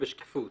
ובשקיפות